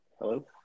Hello